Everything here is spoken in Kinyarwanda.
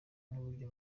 n’urwo